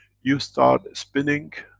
you start spinning